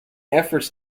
efforts